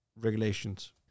regulations